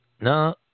No